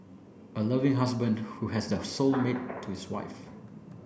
a loving husband who has the soul mate to his wife